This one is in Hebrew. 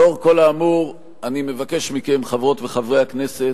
לאור כל האמור אני מבקש מכם, חברות וחברי הכנסת,